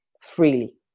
freely